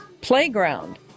playground